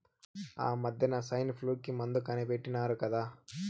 ఆమద్దెన సైన్ఫ్లూ కి మందు కనిపెట్టినారు కదా